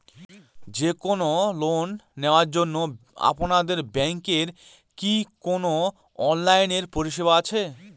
যে কোন লোন নেওয়ার জন্য আপনাদের ব্যাঙ্কের কি কোন অনলাইনে পরিষেবা আছে?